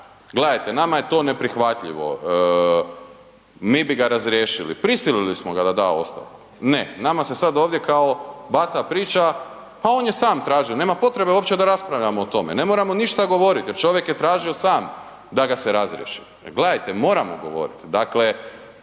gledajte nama je to neprihvatljivo, mi bi ga razriješili, prisilili smo ga da da ostavku, ne, nama se sad ovdje kao baca priča pa on je sam tražio, nema potrebe uopće da raspravljamo o tome, ne moramo ništa govorit jer čovjek je tražio sam da ga se razriješi. Gledajte, moramo govorit,